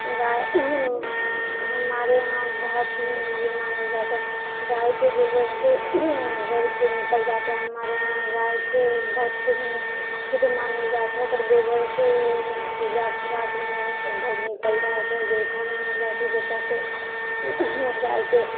गाइ हमारे यहाँ बहुत ही ई मानल जाए छै गाइके गोबरसँ घरके निपल जाए छै हमारे यहाँ गाइके बहुत ही शुद्ध मानल जाए छै ओकर गोबरसँ पूजा पाठमे भी घर निपल जाए छै गोइठा बनाएल जाए छै जकरासँ गाइके